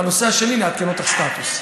בנושא השני נעדכן אותך על סטטוס.